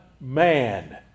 man